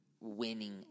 winning